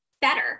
better